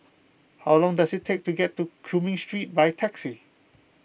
how long does it take to get to Cumming Street by taxi